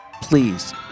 please